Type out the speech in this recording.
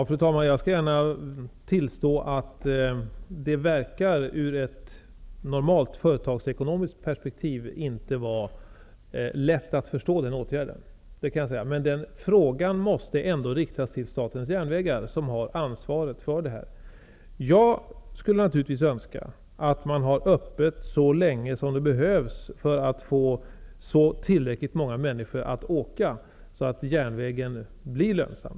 Fru talman! Jag skall gärna tillstå att det ur ett normalt företagsekonomiskt perspektiv inte verkar vara lätt att förstå sådana åtgärder, men frågan måste ändå riktas till Statens järnvägar, som har ansvaret för den här verksamheten. Jag skulle naturligtvis önska att man har öppet så länge som behövs för att få tillräckligt många människor att åka tåg, så att järnvägen blir lönsam.